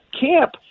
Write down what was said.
camp